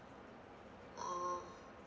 ah